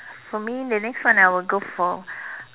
for me the next one I will go for